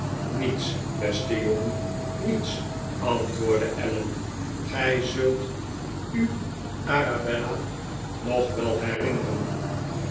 niets beste jongen niets antwoordde allen gij zult u arabella nog wel herinneren